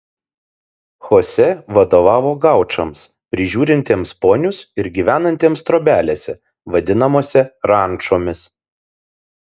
chosė vadovavo gaučams prižiūrintiems ponius ir gyvenantiems trobelėse vadinamose rančomis